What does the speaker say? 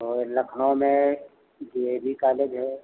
तो लखनऊ में D A V college है